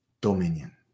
dominion